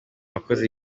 wakoze